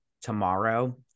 tomorrow